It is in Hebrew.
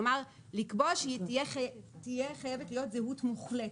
כלומר, לקבוע שתהיה חייבת להיות זהות מוחלטות.